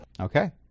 Okay